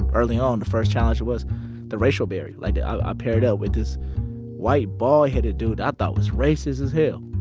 early on, the first challenge was the racial barrier. like, i i paired up with this white bald-headed dude, i thought was racist as hell.